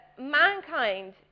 mankind